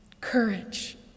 Courage